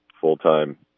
full-time